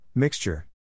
Mixture